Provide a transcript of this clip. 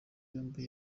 yombi